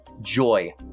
joy